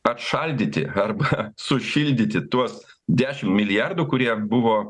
atšaldyti arba sušildyti tuos dešimt milijardų kurie buvo